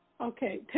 okay